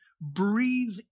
breathe